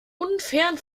unfairen